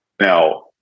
Now